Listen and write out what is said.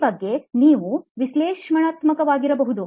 ಈ ಬಗ್ಗೆ ನೀವು ವಿಶ್ಲೇಷಣಾತ್ಮಕವಾಗಿರಬಹುದು